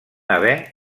haver